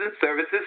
services